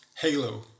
Halo